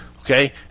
Okay